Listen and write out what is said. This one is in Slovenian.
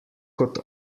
kot